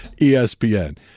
ESPN